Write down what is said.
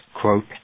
quote